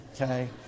okay